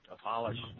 abolished